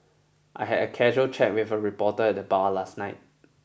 I had a casual chat with a reporter at the bar last night